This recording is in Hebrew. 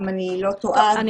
אם אני לא טועה.